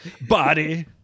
Body